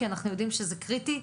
כי אנחנו יודעים שזה קריטי.